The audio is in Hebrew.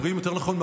יותר נכון,